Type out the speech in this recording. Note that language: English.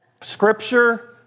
Scripture